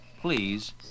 please